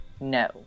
No